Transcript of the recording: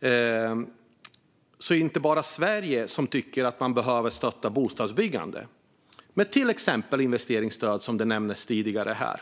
jag nämna att det inte bara är här i Sverige som man tycker att man behöver stötta bostadsbyggande med till exempel investeringsstöd, som nämndes tidigare här.